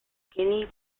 skinny